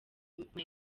michael